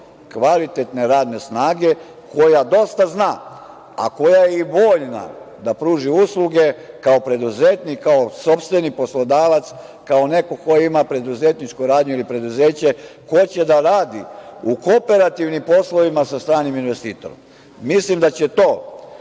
kvalitetne radne snage, koja dosta zna, a koja je i voljna da pruži usluge kao preduzetnik, kao sopstveni poslodavac, kao neko ko ima preduzetničku radnju ili preduzeće, ko će da radi u kooperativnim poslovima sa stranim investitorom. Mislim da će to